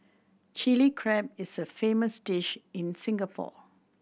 Chilli Crab is a famous dish in Singapore